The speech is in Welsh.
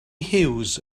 hughes